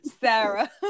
Sarah